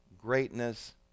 greatness